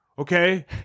Okay